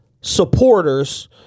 supporters